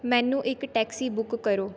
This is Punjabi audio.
ਮੈਨੂੰ ਇੱਕ ਟੈਕਸੀ ਬੁੱਕ ਕਰੋ